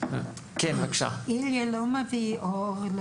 הוא מביא לנו אור.